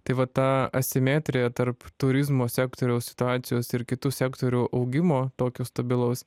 tai vat ta asimetrija tarp turizmo sektoriaus situacijos ir kitų sektorių augimo tokio stabilaus